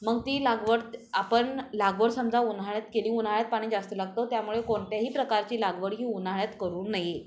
मग ती लागवड आपण लागवड समजा उन्हाळ्यात केली उन्हाळ्यात पाणी जास्त लागतो त्यामुळे कोणत्याही प्रकारची लागवड ही उन्हाळ्यात करू नये